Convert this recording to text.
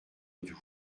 doubs